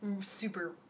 super